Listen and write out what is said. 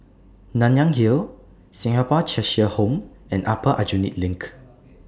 Nanyang Hill Singapore Cheshire Home and Upper Aljunied LINK